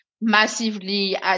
massively